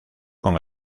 con